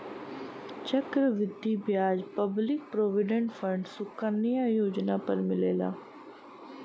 चक्र वृद्धि ब्याज पब्लिक प्रोविडेंट फण्ड सुकन्या योजना पर मिलेला